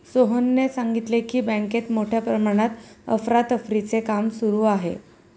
सोहनने सांगितले की, बँकेत मोठ्या प्रमाणात अफरातफरीचे काम सुरू आहे